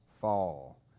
fall